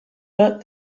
but